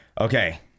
Okay